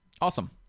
Awesome